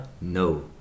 No